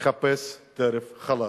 יחפש טרף חלש,